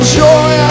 joy